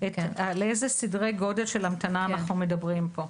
על אילו סדרי גודל של המתנה אנחנו מדברים פה.